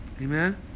Amen